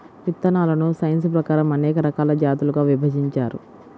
విత్తనాలను సైన్స్ ప్రకారం అనేక రకాల జాతులుగా విభజించారు